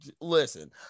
Listen